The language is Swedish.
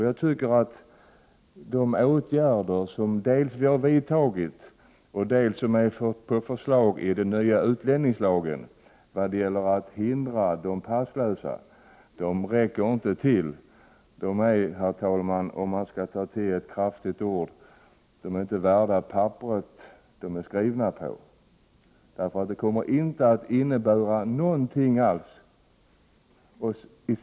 Jag tycker att de åtgärder som vi har vidtagit och de som är på förslag i den nya utlänningslagen när det gäller att hindra de passlösa inte räcker till. De är, herr talman, om man skall ta till ett kraftigt uttryck, inte värda papperet de är skrivna på. De kommer inte att innebära någonting alls.